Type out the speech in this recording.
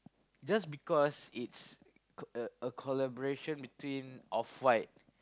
just because it's a collaboration between off white